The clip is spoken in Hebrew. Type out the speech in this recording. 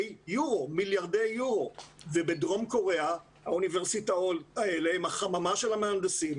יורו ובדרום קוריאה האוניברסיטאות האלה הן החממה של המהנדסים,